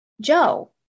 Joe